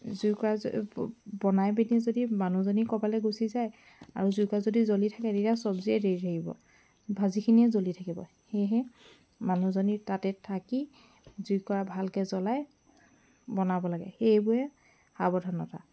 জুইকুৰা বনাই পিনি যদি মানুহজনী ক'ৰবালৈ গুচি যায় আৰু জুইকুৰা যদি জ্বলি থাকে তেতিয়া চবজিয়ে দেই থাকিব ভাজিখিনয়ে জ্বলি থাকিব সেয়েহে মানুহজনী তাতে থাকি জুইকুৰা ভালকৈ জ্বলাই বনাব লাগে এইবোৰে সাৱধানতা